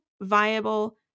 viable